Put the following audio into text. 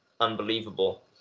unbelievable